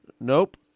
nope